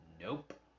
Nope